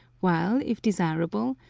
while, if desirable,